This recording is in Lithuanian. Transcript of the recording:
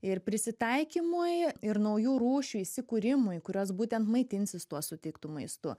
ir prisitaikymui ir naujų rūšių įsikūrimui kurios būtent maitinsis tuo suteiktu maistu